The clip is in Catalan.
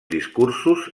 discursos